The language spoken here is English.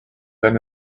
than